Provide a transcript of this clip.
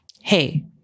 Hey